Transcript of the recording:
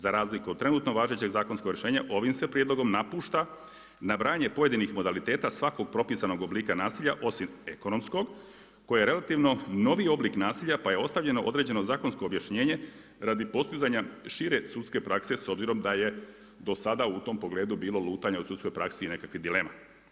Za razliku od trenutno važeće zakonsko rješenja, ovim se prijedlogom napušta nabrajanje pojedinih modaliteta, svakog propisanog oblika nasilja osim ekonomsko koje je relativno novi oblik nasilja, pa je ostavljeno određeno zakonsko objašnjenje radi postizanja šire sudske prakse s obzirom da je do sada u tom problemu bilo lutanja u sudskoj praksi i nekakvih dilema.